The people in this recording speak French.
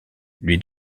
lui